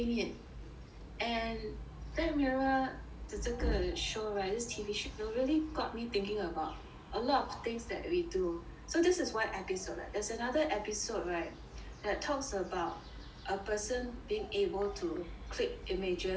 and black mirror the 这个 show right this T_V show really got me thinking about a lot of things that we do so this is one episode there's another episode right that talks about a person being able to click images